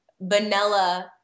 vanilla